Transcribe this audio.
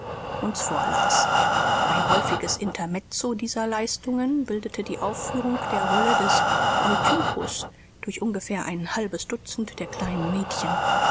uns vorlas ein häufiges intermezzo dieser leistungen bildete die aufführung der rolle des eutychus durch ungefähr ein halbes dutzend der kleinen mädchen